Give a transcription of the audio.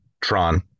Tron